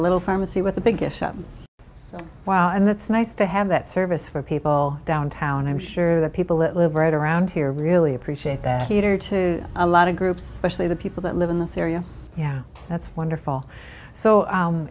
little pharmacy with the biggest shop wow and it's nice to have that service for people downtown and i'm sure the people that live right around here really appreciate that cater to a lot of groups actually the people that live in this area yeah that's wonderful so